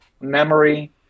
memory